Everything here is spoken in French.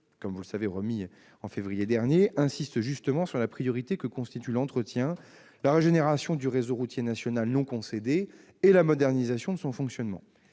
infrastructures, remis en février dernier, insiste justement sur les priorités que constituent l'entretien et la régénération du réseau routier national non concédé ainsi que la modernisation de son fonctionnement.